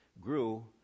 grew